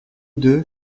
deux